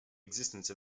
existence